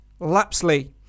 Lapsley